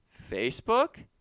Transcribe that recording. Facebook